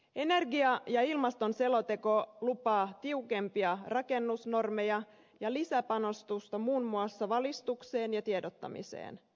energia ja ilmastoselonteko lupaa tiukempia rakennusnormeja ja lisäpanostusta muun muassa valistukseen ja tiedottamiseen